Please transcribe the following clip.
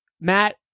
Matt